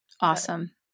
Awesome